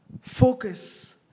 Focus